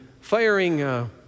firing